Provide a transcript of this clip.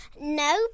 No